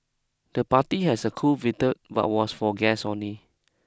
the party had a cool waiter but was for guests only